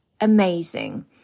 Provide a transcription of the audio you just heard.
amazing